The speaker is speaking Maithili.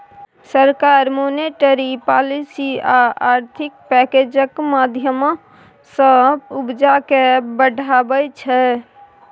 सरकार मोनेटरी पालिसी आ आर्थिक पैकैजक माध्यमँ सँ उपजा केँ बढ़ाबै छै